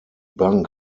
bank